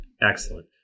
Excellent